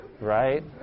Right